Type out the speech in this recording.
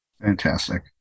Fantastic